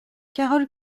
carol